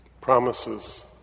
Promises